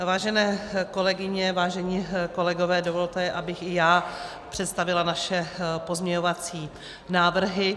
Vážené kolegyně, vážení kolegové, dovolte mi, abych i já představila naše pozměňovací návrhy.